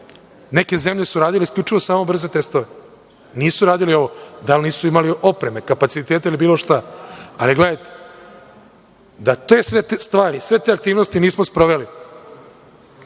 Neke zemlje su radile isključivo samo brze testove. Nisu radili ovo, da li nisu imali opreme, kapacitete ili bilo šta, ali da te sve stvari i sve te aktivnosti nismo sproveli,